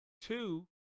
two